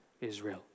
Israel